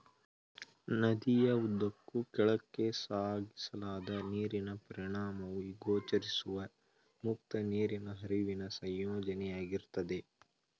ನದಿಯ ಉದ್ದಕ್ಕೂ ಕೆಳಕ್ಕೆ ಸಾಗಿಸಲಾದ ನೀರಿನ ಪರಿಮಾಣವು ಗೋಚರಿಸುವ ಮುಕ್ತ ನೀರಿನ ಹರಿವಿನ ಸಂಯೋಜನೆಯಾಗಿರ್ತದೆ